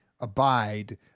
abide